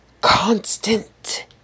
constant